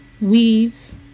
weaves